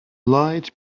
light